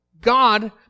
God